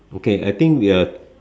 okay I think we are